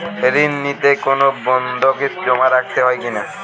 ঋণ নিতে কোনো বন্ধকি জমা রাখতে হয় কিনা?